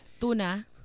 Tuna